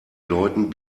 leuten